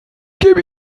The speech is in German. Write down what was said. gebe